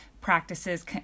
practices